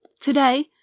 Today